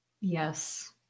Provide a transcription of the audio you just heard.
yes